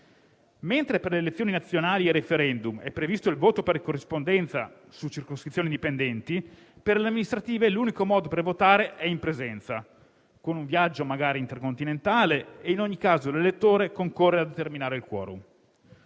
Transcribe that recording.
Mentre per le elezioni nazionali e i *referendum* è previsto il voto per corrispondenza su circoscrizioni indipendenti, per le amministrative l'unico modo per votare è in presenza, con un viaggio magari intercontinentale: in ogni caso, l'elettore concorre a determinare il *quorum*.